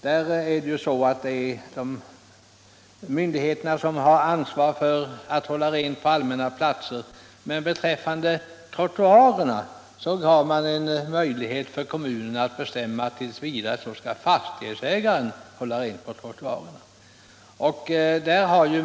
Myndigheterna där har som bekant ansvaret för renhållningen på allmänna platser, men kommunerna kan i varje fall t. v. bestämma att fastighetsägaren skall hålla rent på trottoaren.